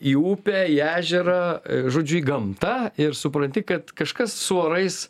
į upę į ežerą žodžiu į gamtą ir supranti kad kažkas su orais